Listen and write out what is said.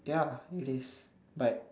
ya really but